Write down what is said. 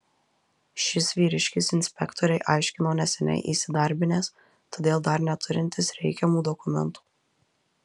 šis vyriškis inspektorei aiškino neseniai įsidarbinęs todėl dar neturintis reikiamų dokumentų